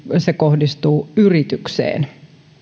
se kohdistuu yritykseen